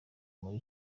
muri